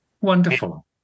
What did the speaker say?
Wonderful